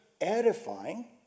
edifying